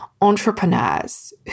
entrepreneurs